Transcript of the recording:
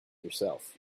yourself